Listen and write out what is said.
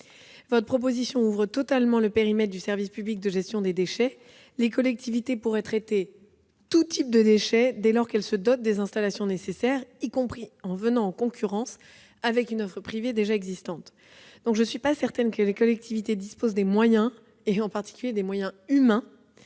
votre proposition ouvrirait totalement le périmètre du service public de gestion des déchets. Les collectivités pourraient traiter tout type de déchets pourvu qu'elles se dotent des installations nécessaires, y compris en entrant en concurrence avec une offre privée déjà existante. Je ne suis pas certaine que les collectivités territoriales disposent des moyens- en particulier des moyens humains